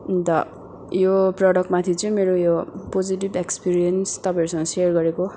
अन्त यो प्रडक्टमाथि चाहिँ मेरो यो पोजिटिभ एक्सपिरियन्स तपाईँहरूसँग सेयर गरेको